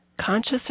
conscious